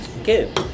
Okay